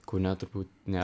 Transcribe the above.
kaune turbūt ne